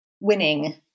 winning